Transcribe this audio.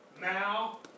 Now